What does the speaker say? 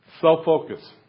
self-focus